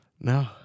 No